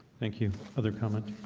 thank you other comment.